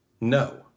No